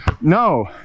No